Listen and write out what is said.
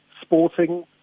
sporting